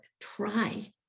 Try